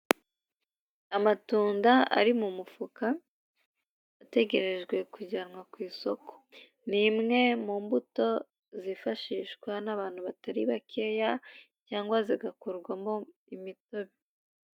Amatunda ari mu mufuka ategerejwe kujyanwa ku isoko, ni imwe mu mbuto zifashishwa n'abantu batari bakeya cyangwa zigakorwamo imitobe.